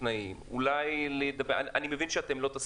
אולי להגדיל את כמות הטכנאים,